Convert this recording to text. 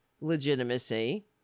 legitimacy